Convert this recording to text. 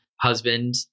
husband